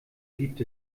gibt